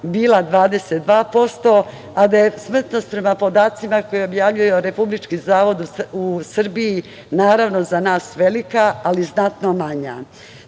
bila 22%, a da je smrtnost, prema podacima koje objavljuje Republički zavod u Srbiji, naravno, za nas velika, ali i znatno